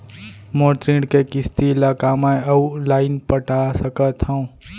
मोर ऋण के किसती ला का मैं अऊ लाइन पटा सकत हव?